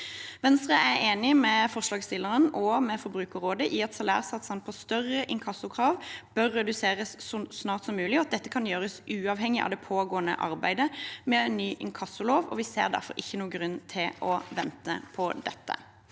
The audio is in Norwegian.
Venstre er enig med forslagsstillerne og Forbrukerrådet i at salærsatsene på større inkassokrav bør reduseres så snart som mulig. Dette kan gjøres uavhengig av det pågående arbeidet med ny inkassolov, og vi ser derfor ikke noen grunn til å vente på dette.